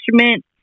instrument